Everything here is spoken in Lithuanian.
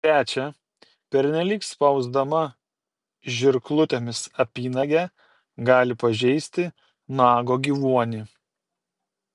trečia pernelyg spausdama žirklutėmis apynagę gali pažeisti nago gyvuonį